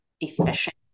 efficient